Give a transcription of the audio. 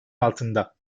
altında